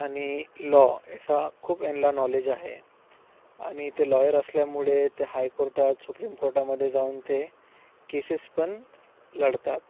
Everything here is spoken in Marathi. आणि लॉ ह्याचा खूप यांना नॉलेज आहे आणि ते लॉयर असल्यामुळे ते हाय कोर्टात सुप्रीम कोर्टामध्ये जाऊन ते केसेस पण लढतात